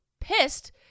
pissed